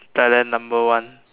Thailand number one